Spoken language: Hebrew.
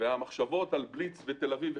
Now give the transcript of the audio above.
המחשבות על בליץ בתל אביב,